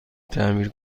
تعمیر